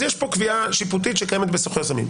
יש פה קביעה שיפוטית שקיימת בסוחר סמים.